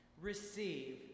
receive